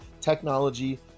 technology